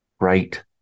right